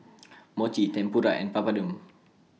Mochi Tempura and Papadum